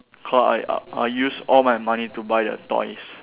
cause I uh I use all my money to buy the toys